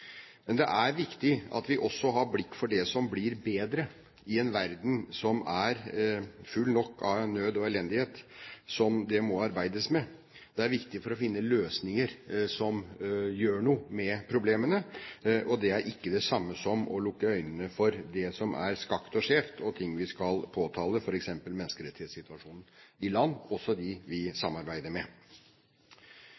Det er viktig at vi også har blikk for det som blir bedre, i en verden som er full nok av nød og elendighet, som det må arbeides med. Det er viktig for å finne løsninger som gjør noe med problemene. Det er ikke det samme som å lukke øynene for det som er skakt og skjevt og ting vi skal påtale, f.eks. menneskerettighetssituasjonen i land, også dem vi